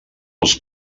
als